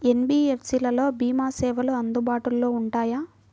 NBFC లలో భీమా సేవలు అందుబాటులో ఉంటాయా?